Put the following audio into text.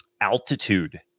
altitude